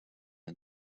and